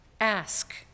Ask